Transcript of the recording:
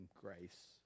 Grace